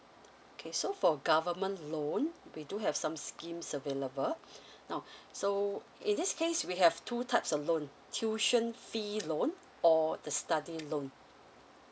okay so for government loan we do have some schemes available now so in this case we have two types of loan tuition fees loan or the study loan